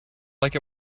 like